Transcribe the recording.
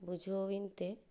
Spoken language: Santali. ᱵᱩᱡᱷᱟᱣᱤᱧ ᱛᱮ